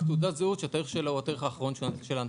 תעודת זהות שהתאריך שלה הוא התאריך האחרון של ההנפקה.